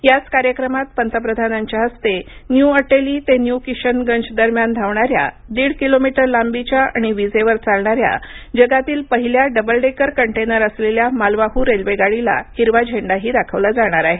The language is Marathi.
याच कार्यक्रमात पंतप्रधानांच्या हस्ते न्यू अटेली ते न्यू किशनगंज दरम्यान धावणाऱ्या दीड किलोमीटर लांबीच्या आणि वीजेवर चालणाऱ्या जगातील पहिल्या डबल डेकर कंटेनर असलेल्या मालवाहू रेल्वेगाडीला हिरवा झेंडाही दाखवला जाणार आहे